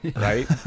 Right